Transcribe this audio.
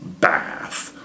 bath